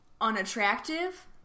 Unattractive